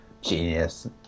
Genius